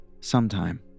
sometime